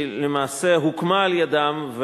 שלמעשה היא הוקמה על-ידם,